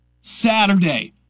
Saturday